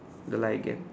the light again